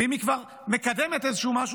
ואם היא כבר מקדמת משהו,